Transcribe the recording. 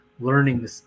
learning